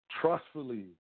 trustfully